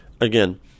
again